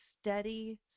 steady